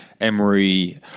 Emery